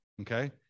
Okay